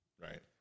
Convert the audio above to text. Right